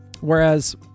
Whereas